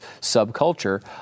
subculture